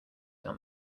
down